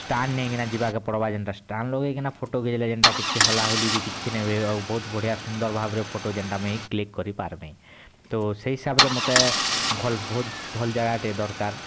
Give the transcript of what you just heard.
stand ନେଇକିନା ଯିବାକେ ପଡ଼୍ବା ଯେନଟା ଷ୍ଟାଣ୍ଡ୍ ଲଗେଇକିନା ଫଟୋ ଘିଚଲେ ଯେନଟା କିଛି ହଲାହୁଲି ବି କିଛି ନାଇଁହୁଏ ଆଉ ବହୁତ୍ ବଢ଼ିଆ ସୁନ୍ଦର୍ ଭାବରେ ଫଟୋ ଯେନ୍ଟା ମୁଇଁ କ୍ଲିକ୍ କରିପାରମି ତ ସେ ହିସାବରେ ମୋତେ ଭଲ୍ ବହୁତ୍ ଭଲ୍ ଜାଗାଟେ ଦରକାର୍